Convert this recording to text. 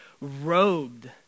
robed